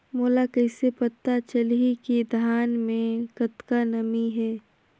मोला कइसे पता चलही की धान मे कतका नमी हे?